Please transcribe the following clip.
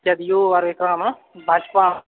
जदयू आओर एकरामे भाजपा